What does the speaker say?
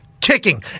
kicking